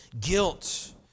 guilt